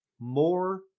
more